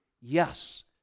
Yes